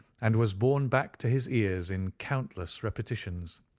and was borne back to his ears in countless repetitions.